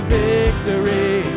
victory